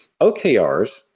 OKRs